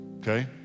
okay